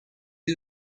you